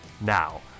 Now